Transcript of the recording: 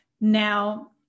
Now